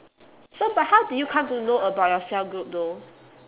so but how do you come to know about your cell group though